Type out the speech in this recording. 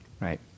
Right